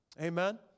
Amen